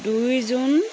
দুই জুন